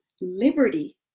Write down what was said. liberty